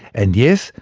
and yes,